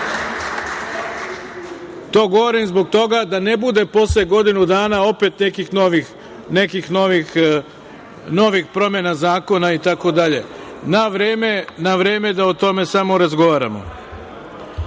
To govorim zbog toga da ne bude posle godinu dana opet nekih novih promena zakona itd. Samo na vreme da o tome da razgovaramo. Zaključujem